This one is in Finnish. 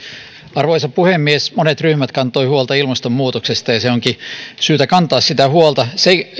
arvoisa puhemies monet ryhmät kantoivat huolta ilmastonmuutoksesta ja siitä onkin syytä kantaa huolta